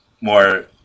more